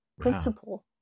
principle